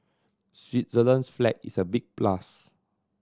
Switzerland's flag is a big plus